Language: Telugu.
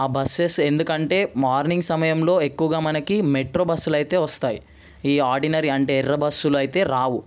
ఆ బస్సెస్ ఎందుకంటే మార్నింగ్ సమయంలో ఎక్కువగా మనకి మెట్రో బస్సులు అయితే వస్తాయి ఈ ఆర్డినరీ అంటే ఎర్ర బస్సులు అయితే రావు